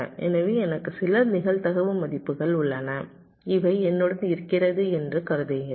எனவே எனக்கு சில நிகழ்தகவு மதிப்புகள் உள்ளன இவை என்னுடன் இருக்கிறது என்று கருதுகிறேன்